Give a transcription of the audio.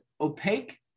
opaque